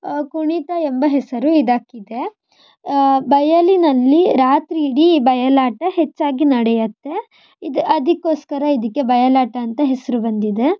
ಕುಣಿತ ಎಂಬ ಹೆಸರು ಇದಕ್ಕಿದೆ ಬಯಲಿನಲ್ಲಿ ರಾತ್ರಿ ಇಡೀ ಬಯಲಾಟ ಹೆಚ್ಚಾಗಿ ನಡೆಯುತ್ತೆ ಇದು ಅದಕ್ಕೋಸ್ಕರ ಇದಕ್ಕೆ ಬಯಲಾಟ ಅಂತ ಹೆಸರು ಬಂದಿದೆ